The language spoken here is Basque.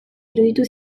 iruditu